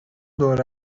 دور